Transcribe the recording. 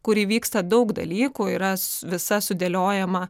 kur įvyksta daug dalykų yra s visa sudėliojama